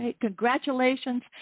congratulations